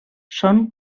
són